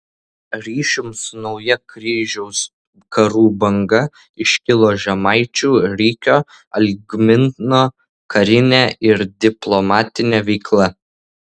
ryšium su nauja kryžiaus karų banga iškilo žemaičių rikio algmino karinė ir diplomatinė veikla